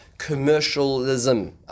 Commercialism